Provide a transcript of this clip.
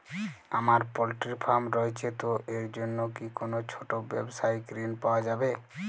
আমার poultry farm রয়েছে তো এর জন্য কি কোনো ছোটো ব্যাবসায়িক ঋণ পাওয়া যাবে?